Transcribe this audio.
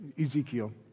Ezekiel